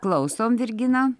klausom virgina